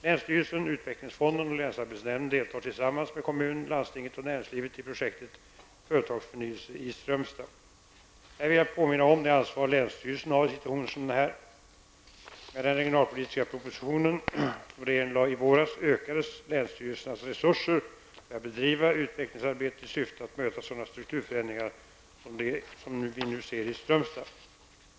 Länsstyrelsen, utvecklingsfonden och länsarbetsnämnden deltar tillsammans med kommunen, landstinget och näringslivet i projektet Jag vill här påminna om det ansvar länsstyrelsen har i situationer som denna. Med den regionalpolitiska proposition som regeringen lade i våras ökades länsstyrelsernas resurser för att bedriva utvecklingsarbete i syfte att möta sådana strukturförändringar, som de vi nu ser i Strömstad.